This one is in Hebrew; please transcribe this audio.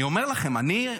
אני אומר לכם, אני,